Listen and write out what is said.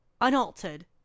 Unaltered